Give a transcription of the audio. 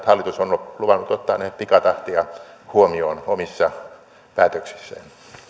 hallitus on on luvannut ottaa ne pikatahtia huomioon omissa päätöksissään